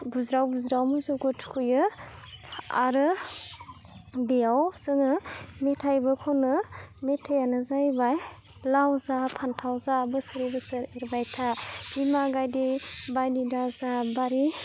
बुज्राव बुज्राव मोसौखौ थुखैयो आरो बेयाव जोङो मेथाइबो खनो मेथाइआनो जाहैबाय लाव जा फान्थाव जा बोसोरै बोसोर एरबाय था बिमा गायदे बायदि दाजा बारि